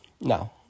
no